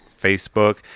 facebook